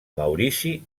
maurici